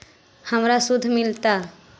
हमरा शुद्ध मिलता?